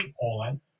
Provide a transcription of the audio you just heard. Poland